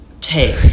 take